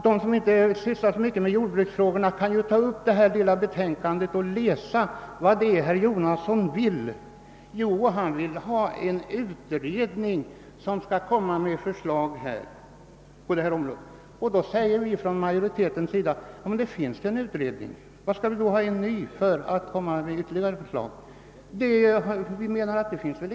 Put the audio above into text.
De som inte har sysslat så mycket med jordbruksfrågor "kan ta upp det här lilla utlåtandet och läsa vad det är herr Jonasson vill. Han vill ha en utredning som skall lägga fram förslag på detta område. Vi som tillhör majoriteten säger att det redan finns en utredning —- varför skall man då tillsätta ytterligare en som skall penetrera hithörande problem?